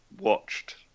watched